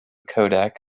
codec